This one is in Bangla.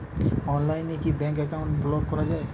অনলাইনে কি ব্যাঙ্ক অ্যাকাউন্ট ব্লক করা য়ায়?